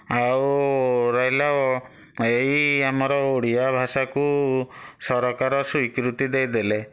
ଆଉ ରହିଲା ଏହି ଆମର ଓଡ଼ିଆ ଭାଷାକୁ ସରକାର ସ୍ୱୀକୃତି ଦେଇଦେଲେ